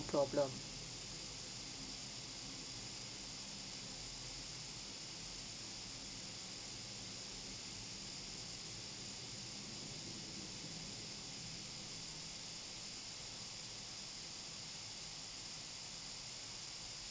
problem